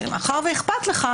ומאחר שאכפת לך,